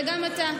גם אתה,